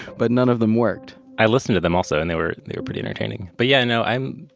but none of them worked. i listened to them also, and they were, they were pretty entertaining. but yeah, no, i'm,